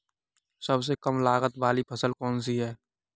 सबसे कम लागत वाली फसल कौन सी है?